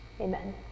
Amen